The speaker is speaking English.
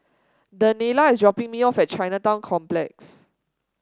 Daniela is dropping me off at Chinatown Complex